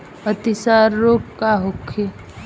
अतिसार रोग का होखे?